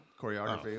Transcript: choreography